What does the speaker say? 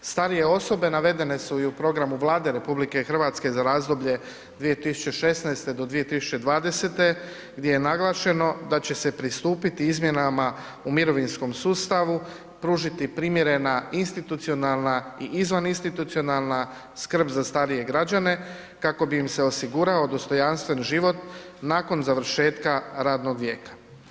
Starije osobe navedene su i u programu Vlade RH za razdoblje 2016.-2020. gdje je naglašeno da će se pristupiti izmjenama u mirovinskom sustavu, pružiti primjerena institucionalna i izvan institucionalna skrb za starije građane kako bi im se osigurao dostojanstven život nakon završetka radnog vijeka.